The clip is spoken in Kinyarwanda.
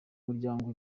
muryango